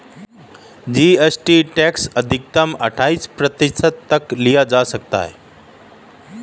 GST कर अधिकतम अठाइस प्रतिशत तक लिया जा सकता है